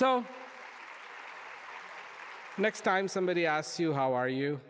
the next time somebody asks you how are you